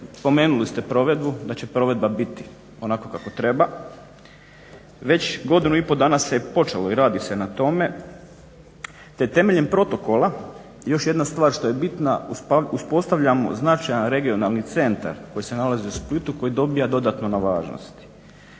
spomenuli ste provedbu, da će provedba biti onako kako treba. Već godinu i po dana se počelo i radi se na tome, te temeljem protokola još jedna stvar što je bitna uspostavljamo značajan regionalni centar koji se nalazi u Splitu koji dobiva dodatno na važnosti.